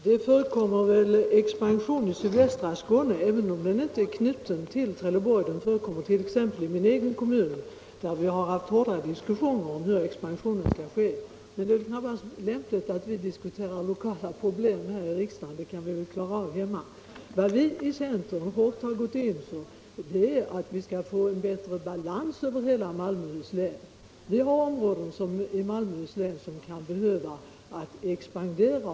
Herr talman! Det förekommer expansion i sydvästra Skåne även om den inte berör Trelleborg. Expansion förekommer t.ex. i min egen kommun, där vi haft hårda diskussioner om hur expansionen skall ske. Men det är knappast lämpligt att herr Håkansson och jag diskuterar lokala problem här i riksdagen. Det kan vi göra hemma. Vad vi i centern hårt har gått in för är att få en bättre balans över hela Malmöhus län. Det finns områden i detta län som kan behöva expandera.